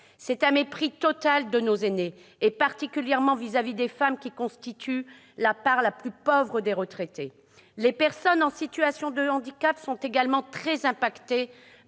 dénote un mépris total de nos aînés, particulièrement des femmes, qui constituent la part la plus pauvre des retraités. Les personnes en situation de handicap sont également très impactées